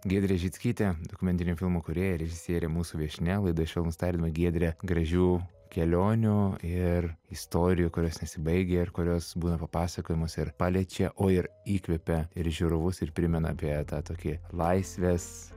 giedrė žickytė dokumentinių filmų kūrėja režisierė mūsų viešnia laida švelnūs tardymai giedre gražių kelionių ir istorijų kurios nesibaigia ir kurios būna pasakojamos ir paliečia o ir įkvepia ir žiūrovus ir primena apie tą tokį laisvės